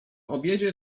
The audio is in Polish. obiedzie